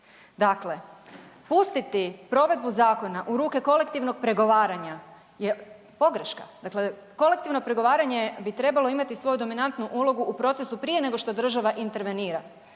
Dakle, pustiti provedbu zakona u ruke kolektivnog pregovaranja je pogreška. Dakle, kolektivno pregovaranje bi trebalo imati svoju dominantnu ulogu u procesu prije nego što država intervenira.